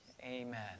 amen